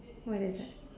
what is that